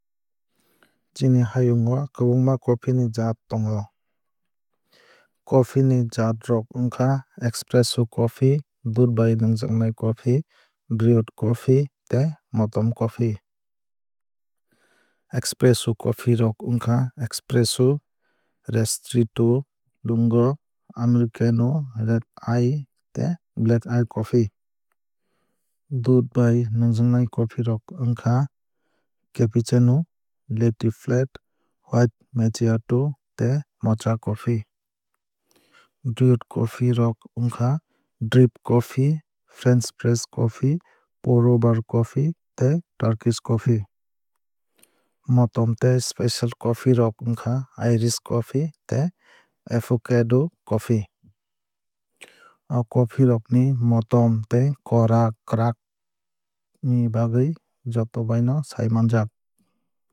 Chini hayung o kwbangma coffee ni jaat tongo. Coffee ni jaat rok wngkha Espresso coffee dudh bai nwjaknai cofeee brewed coffee tei motom coffee. Espresso coffee rok wngkha espresso ristretto lungo americano red eye tei black eye coffee. Dudh bai nwngjaknai coffee rok wngkha cappuccino latte flat white macchiato tei mocha coffee. Brewed Coffee rok wngkha drip coffee french press coffee pour over coffee tei turkish coffee. Motom tei special coffee rok wngkha irish coffee tei affogato coffee. O coffee rok ni motom tei kora kwrak ni bagwui jotobai sai manjak.